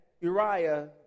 Uriah